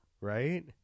Right